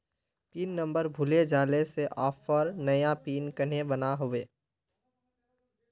Pin number भूले जाले से ऑफर नया पिन कन्हे बनो होबे?